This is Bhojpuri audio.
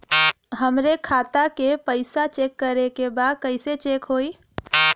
हमरे खाता के पैसा चेक करें बा कैसे चेक होई?